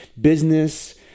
business